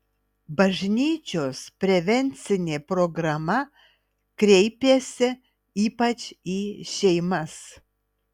bažnyčios prevencinė programa kreipiasi ypač į šeimas